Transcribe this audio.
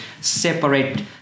separate